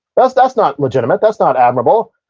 that's that's not legitimate. that's not admirable.